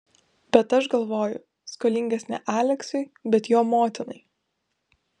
bet aš galvoju skolingas ne aleksiui bet jo motinai